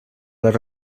les